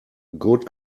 good